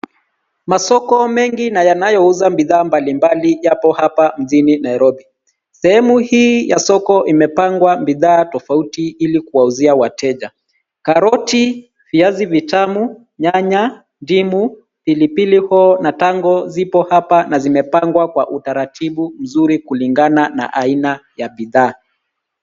Masoko mengi na yanaoyouza bidhaa mbalimbali japo hapo mjini Nairobi. Sehemu hii ya soko imepangwa bidhaa tofauti ili kuwauzia wateja. Karoti, viazi vitamu, nyanya, ndimu, pilipili hoho na tango zipo hapa na zimepangwa kwa mzuri kulingana na aina ya bidhaa.